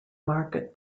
market